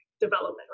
development